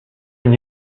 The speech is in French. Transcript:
une